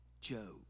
Job